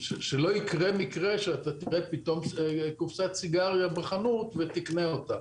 שלא יקרה מקרה שתראה פתאום קופסת סיגריה בחנות ותקנה אותה.